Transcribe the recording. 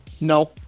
No